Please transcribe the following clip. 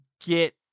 get